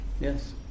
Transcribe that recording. Yes